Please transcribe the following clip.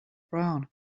brown